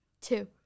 two